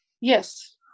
Yes